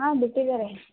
ಆಂ ಬಿಟ್ಟಿದ್ದಾರೆ